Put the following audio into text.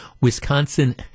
Wisconsin